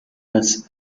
das